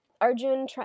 Arjun